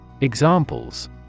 Examples